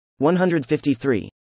153